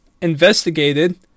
investigated